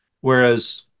Whereas